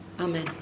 Amen